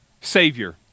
Savior